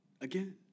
Again